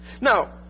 Now